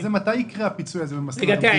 מתי יינתן הפיצוי הזה במסלול הרגיל?